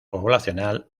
poblacional